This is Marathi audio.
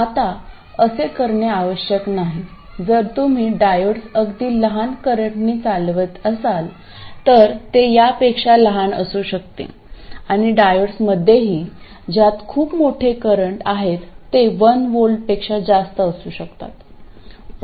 आता असे करणे आवश्यक नाही जर तुम्ही डायोडस अगदी लहान करंटनी चालवित असाल तर ते यापेक्षा लहान असू शकते आणि डायोड्समध्येही ज्यात खूप मोठे करंट आहेत ते 1V पेक्षा जास्त असू शकतात